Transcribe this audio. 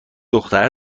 دختر